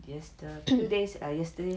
yester~ two days yesterday